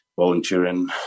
volunteering